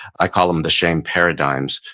i call them the shame paradigms.